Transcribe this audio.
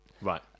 Right